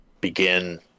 begin